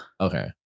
okay